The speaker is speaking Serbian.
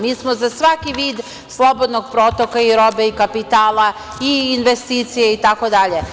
Mi smo za svaki vid slobodnog protoka robe i kapitala i investicija itd.